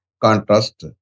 Contrast